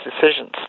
decisions